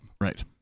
Right